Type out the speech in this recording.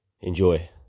Enjoy